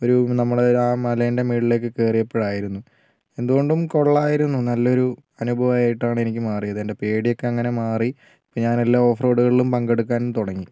ഒരു നമ്മളോരോ മലേന്റെ മുകളിലൊക്കെ കേറിയപ്പോഴായിരുന്നു എന്തുകൊണ്ടും കൊള്ളായിരുന്നു നല്ലൊരു അനുഭവമായിട്ടാണ് എനിക്ക് മാറിയത് എന്റെ പേടിയൊക്കെ അങ്ങനെ മാറി ഞാൻ എല്ലാ ഓഫ്റോഡുകളിലും പങ്കെടുക്കാനും തുടങ്ങി